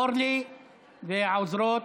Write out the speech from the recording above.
אורלי והעוזרות,